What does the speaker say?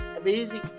amazing